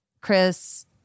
Chris